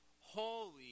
Holy